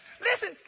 Listen